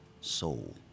soul